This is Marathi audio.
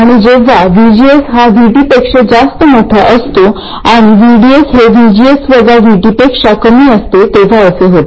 आणि जेव्हा VGS हा V T पेक्षा जास्त मोठा असतो आणि VDS हे VGS वजा V T पेक्षा कमी असते तेव्हा असे होते